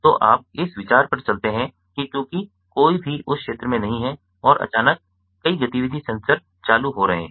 तो आप इस विचार पर चलते हैं कि चूंकि कोई भी उस क्षेत्र में नहीं है और अचानक कई गतिविधि सेंसर चालू हो रहे हैं